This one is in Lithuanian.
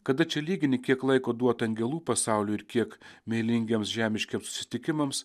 kada čia lygini kiek laiko duota angelų pasauliui ir kiek meilingiems žemiškiems susitikimams